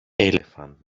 elephant